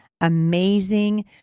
amazing